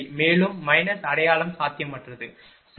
மேலும் மைனஸ் அடையாளம் சாத்தியமற்றது சரி